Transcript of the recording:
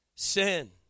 Sin